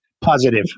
positive